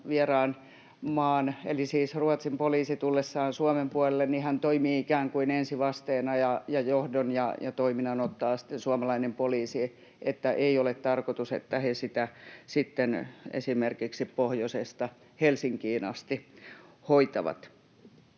eli siis Ruotsin poliisi tullessaan Suomen puolelle toimii ikään kuin ensivasteena ja johdon ja toiminnan ottaa sitten suomalainen poliisi. Ei ole tarkoitus, että he sitä sitten esimerkiksi pohjoisesta Helsinkiin asti hoitavat.